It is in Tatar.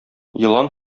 елан